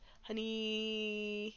Honey